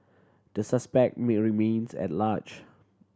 the suspect remains at large